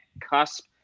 cusp